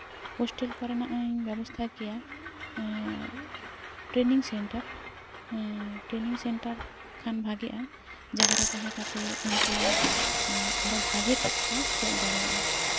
hostel ᱠᱚᱨᱮᱱᱟᱜ ᱤᱧ ᱵᱮᱵᱚᱥᱛᱷᱟ ᱠᱮᱭᱟ ᱴᱨᱮᱱᱤᱝ ᱥᱮᱱᱴᱟᱨ ᱴᱨᱮᱱᱤᱝ ᱥᱮᱱᱴᱟᱨ ᱠᱷᱟᱱ ᱵᱷᱟᱜᱮᱜᱼᱟ ᱡᱟᱦᱟᱸᱨᱮ ᱛᱟᱦᱮᱸ ᱠᱟᱛᱮ ᱩᱱᱠᱩ ᱟᱨᱚ ᱵᱷᱟᱜᱮ ᱴᱷᱤᱠ ᱠᱚ ᱪᱮᱫ ᱫᱟᱲᱮᱭᱟᱜᱼᱟ